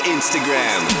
Instagram